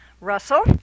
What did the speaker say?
Russell